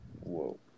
Whoa